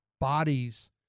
bodies